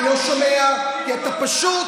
אני לא שומע כי אתה פשוט,